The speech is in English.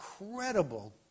incredible